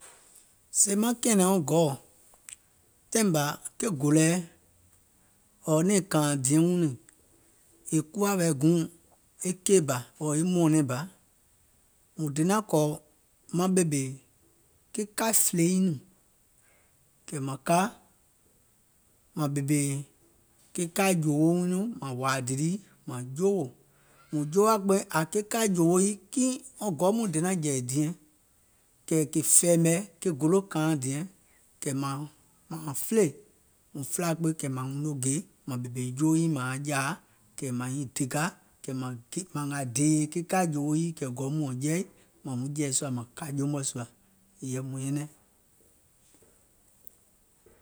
Sèè maŋ kɛ̀ɛ̀nɛ̀ŋ wɔŋ gɔɔ̀, taiŋ bȧ ke gòlòɛ, ɔ̀ɔ̀ nɛ̀ŋ kȧȧìŋ diɛŋ wɔŋ nɛɛ̀ŋ, è kuwa wɛ̀i e keì bȧ ɔ̀ɔ̀ e mɔ̀ɔ̀nɛŋ bȧ, mùŋ donȧŋ kɔ̀ maŋ ɓèmè ke kaì fìle nyiŋ nɛɛ̀ŋ, kɛ̀ mȧŋ ka mȧŋ ɓèmè ke kaì jòòwo wuŋ nɔɔ̀ŋ mȧŋ hòȧ dìlìi mȧŋ joowò, mùŋ joowȧ kpeiŋ, ke kaì jòòwo yii wɔŋ gɔ mɔɔ̀ŋ donȧŋ jɛ̀ì diɛŋ, kɛ̀ fɛ̀ɛ̀mɛ̀ ke golò kȧaȧŋ diɛŋ kɛ̀ maaŋ filè, mùŋ filȧ kpeiŋ kɛ̀ wuŋ noo gè mȧŋ ɓèmè joo nyiŋ mȧaŋ jȧȧ kɛ̀ mȧŋ nyiŋ dèkȧ, kɛ̀ mȧŋ ngȧȧ dèèyè ke kaì jòòwo yii kɛ̀ gɔ mɔɔ̀ŋ jɛi mȧŋ wuŋ jɛ̀ì sùȧ mȧŋ kȧ je mɔ̀ɛ̀ sùȧ, yɛ̀ì mùŋ nyɛnɛŋ.